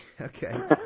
okay